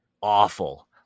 awful